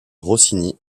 rossini